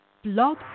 Blog